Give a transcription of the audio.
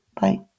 Bye